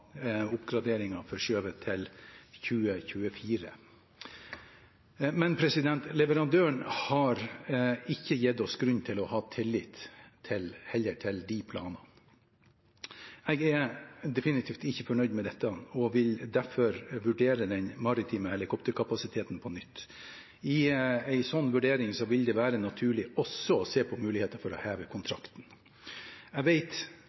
til 2024. Men leverandøren har heller ikke gitt oss grunn til å ha tillit til de planene. Jeg er definitivt ikke fornøyd med dette og vil derfor vurdere den maritime helikopterkapasiteten på nytt. I en sånn vurdering vil det være naturlig også å se på muligheter for å heve kontrakten. Jeg